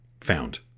found